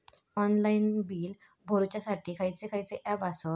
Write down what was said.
Online bill भरुच्यासाठी खयचे खयचे ऍप आसत?